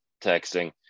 texting